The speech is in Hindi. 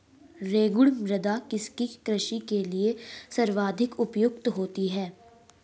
रेगुड़ मृदा किसकी कृषि के लिए सर्वाधिक उपयुक्त होती है?